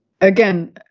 Again